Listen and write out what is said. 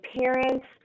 parents